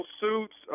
suits